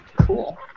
Cool